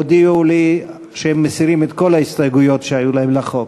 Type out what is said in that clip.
הודיעו לי שהם מסירים את כל ההסתייגויות שהיו להם לחוק.